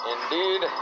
Indeed